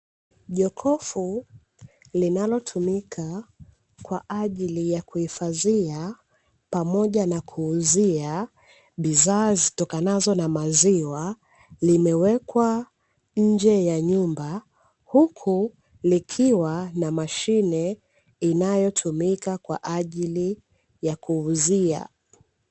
Jokofu linalotumika kwaajili ya kuhifadhia pamoja na kuuzia bidhaa zitokanazo na maziwa, limewekwa nje ya nyumba huku likiwa na mashine inayotumika kwa ajili ya kuuzia.